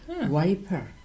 Wiper